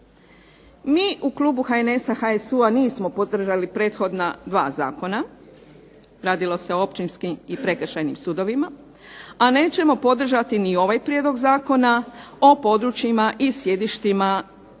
Mi u klubu HNS-a, HSU-a nismo podržali prethodna dva zakona, radilo se o općinskim i prekršajnim sudovima, a nećemo podržati ni ovaj prijedlog Zakona o područjima i sjedištima